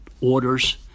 orders